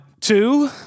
two